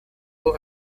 был